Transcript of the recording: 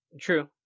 True